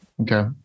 Okay